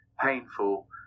painful